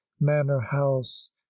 manor-house